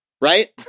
right